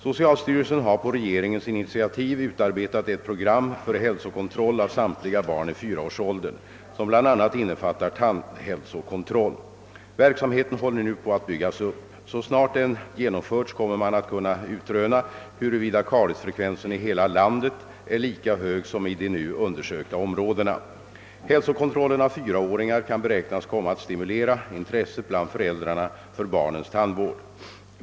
Socialstyrelsen har på regeringens initiativ utarbetat ett program för hälsokontroll av samtliga barn i fyraårsåldern, som bl.a. innefattar tandhälsokontroll. Verksamheten håller nu på att byggas upp. Så snart den genomförts kommer man att kunna utröna huruvida kariesfrekvensen i hela landet är lika hög som i de nu undersökta områdena. Hälsokontrollen av fyraåringarna kan beräknas komma att stimulera intresset bland föräldrarna för barnens tandvård.